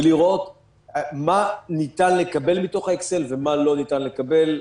ולראות מה ניתן לקבל מתוך האקסל ומה לא ניתן לקבל,